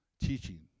teaching